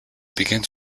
begins